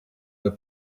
the